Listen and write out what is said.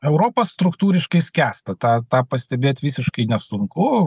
europa struktūriškai skęsta tą tą pastebėt visiškai nesunku